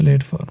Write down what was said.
platform